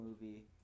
movie